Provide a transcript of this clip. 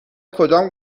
کدام